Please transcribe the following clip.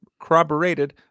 corroborated